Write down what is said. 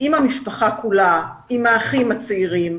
עם המשפחה כולה, עם האחים הצעירים,